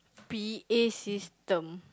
P_A system